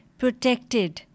protected